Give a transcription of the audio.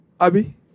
Abby